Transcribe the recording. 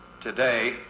today